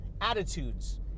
attitudes